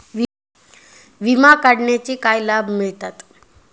विमा काढण्याचे काय लाभ मिळतात?